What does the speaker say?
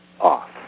off